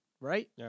right